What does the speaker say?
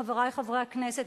חברי חברי הכנסת,